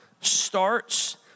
starts